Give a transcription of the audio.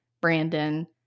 Brandon